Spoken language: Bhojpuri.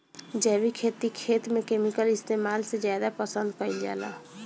जैविक खेती खेत में केमिकल इस्तेमाल से ज्यादा पसंद कईल जाला